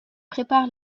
prépare